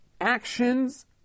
actions